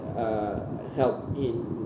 uh help in